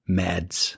meds